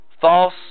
false